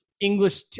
English